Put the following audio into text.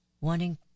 wanting